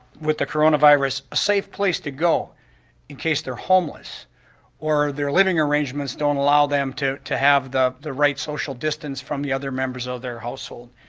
with the coronavirus, a safe place to go in case they're homeless or their living arrangements don't allow them to to have the the right social distance from the other members of their household.